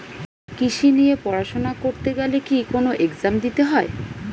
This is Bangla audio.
কৃষি নিয়ে পড়াশোনা করতে গেলে কি কোন এগজাম দিতে হয়?